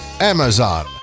Amazon